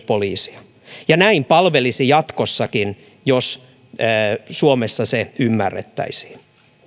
poliisia ja näin palvelisi jatkossakin jos suomessa se ymmärrettäisiin